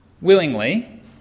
willingly